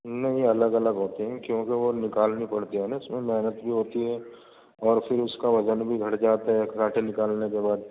نہیں الگ الگ ہوتی ہیں کیونکہ وہ نکالنی پڑتی ہیں نا اس میں محنت بھی ہوتی ہے اور پھر اس کا وزن بھی گھٹ جاتا ہے کانٹے نکالنے کے بعد